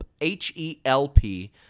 H-E-L-P